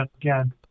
again